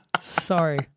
Sorry